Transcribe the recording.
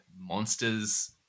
monsters